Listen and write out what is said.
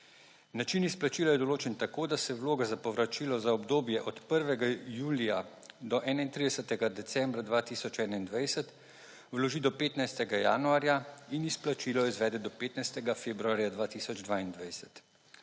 način izplačila je določen tako, da se vloga za povračilo za obdobje od 1. julija do 31. decembra 2021 vloži do 15. januarja in izplačilo izvede do 15. februarja 2022,